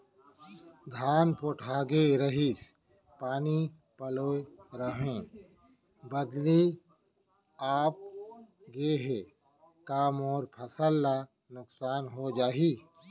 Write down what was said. धान पोठागे रहीस, पानी पलोय रहेंव, बदली आप गे हे, का मोर फसल ल नुकसान हो जाही?